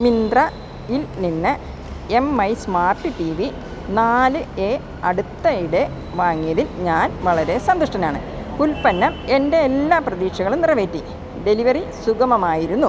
മിന്ത്രയിൽ നിന്ന് M I smart T V നാല് എ അടുത്തയിടെ വാങ്ങിയതിൽ ഞാൻ വളരെ സന്തുഷ്ടനാണ് ഉൽപ്പന്നം എൻ്റെ എല്ലാ പ്രതീക്ഷകളും നിറവേറ്റി ഡെലിവറി സുഗമമായിരുന്നു